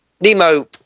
Nemo